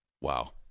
Wow